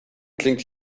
klingt